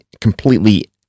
completely